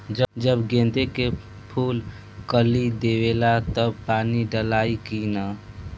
जब गेंदे के फुल कली देवेला तब पानी डालाई कि न?